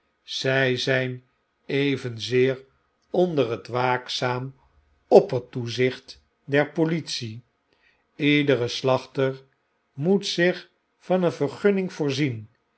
zg zg n evenzeer onder het waakzaam oppertoezicht der politie iedere slachter moet zich van een vergunning voorzien